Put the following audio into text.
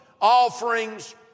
offerings